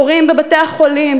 תורים בבתי-החולים,